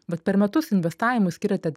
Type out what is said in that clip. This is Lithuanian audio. bet per metus investavimui skiriate